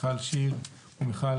מיכל שיר ומיכל